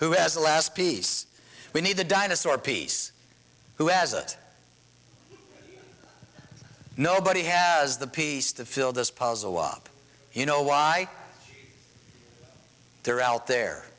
who has the last piece we need the dinosaur piece who has it nobody has the piece to fill this puzzle up you know why they're out there